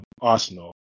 Arsenal